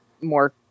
more